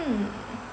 hmm